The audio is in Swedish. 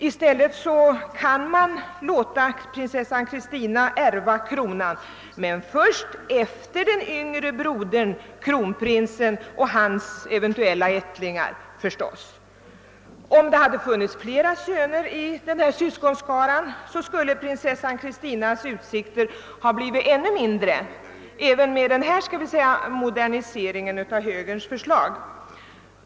I stället skulle prinsessan Christina få ärva kronan, men först efter hennes yngre broder, kronprinsen, och hans eventuella ättlingar. Om det hade funnits flera söner i den syskonskaran, skulle prinsessan Christinas utsikter att ärva kronan ha blivit ännu mindre, trots moderniseringen i högerns förslag.